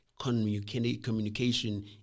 communication